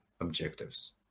objectives